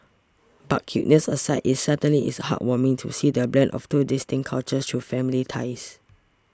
but cuteness aside it certainly is heartwarming to see the blend of two distinct cultures through family ties